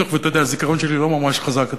הזיכרון שלי לא ממש חזק,